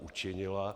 Učinila.